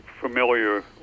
familiar